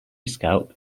scalp